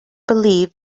believed